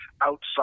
outside